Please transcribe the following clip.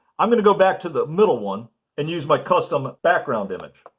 i'm going to go back to the middle one and use my custom background image.